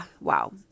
Wow